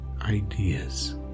...ideas